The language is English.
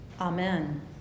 Amen